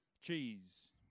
Cheese